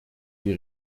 die